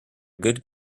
good